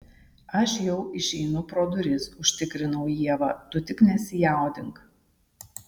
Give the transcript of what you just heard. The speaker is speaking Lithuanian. aš jau išeinu pro duris užtikrinau ievą tu tik nesijaudink